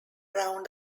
round